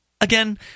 Again